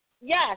Yes